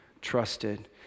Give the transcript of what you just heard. trusted